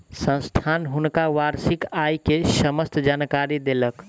संस्थान हुनका वार्षिक आय के समस्त जानकारी देलक